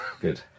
Good